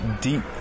deep